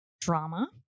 drama